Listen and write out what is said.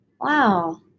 Wow